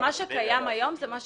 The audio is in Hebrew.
מה שקיים היום, זה מה שקורה.